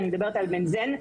אני מדברת על בנזן.